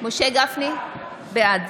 בעד